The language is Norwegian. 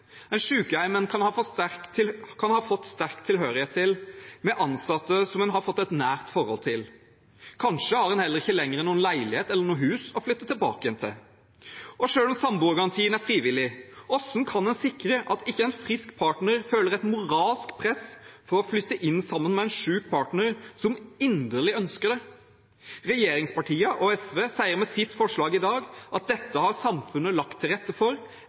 kan ha fått sterk tilhørighet til, med ansatte som en har fått et nært forhold til? Kanskje har en heller ikke lenger noen leilighet eller hus å flytte tilbake til. Selv om samboergarantien er frivillig, hvordan kan en sikre at ikke en frisk partner føler et moralsk press for å flytte inn sammen med en syk partner som inderlig ønsker det? Regjeringspartiene og SV sier med sitt forslag i dag at dette har samfunnet lagt til rette for